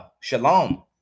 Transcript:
shalom